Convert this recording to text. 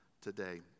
today